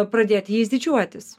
pradėti jais didžiuotis